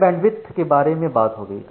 यह बैंडविड्थ के बारे में बात हो गई